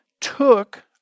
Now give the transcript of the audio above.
took